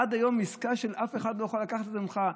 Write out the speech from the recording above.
עד היום זו עסקה שאף אחד לא יכול לקחת את זה ממך,